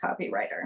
copywriter